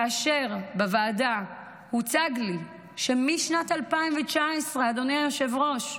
כאשר בוועדה הוצג לי שמשנת 2019, אדוני היושב-ראש,